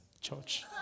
church